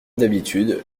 d’habitude